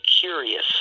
curious